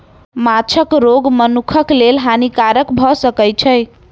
माँछक रोग मनुखक लेल हानिकारक भअ सकै छै